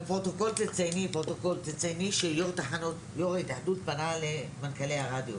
לפרוטוקול תצייני שיו"ר ההתאחדות פנה למנכ"לי הרדיו.